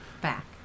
back